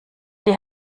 die